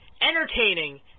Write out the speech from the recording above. entertaining